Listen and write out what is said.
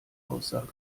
aussage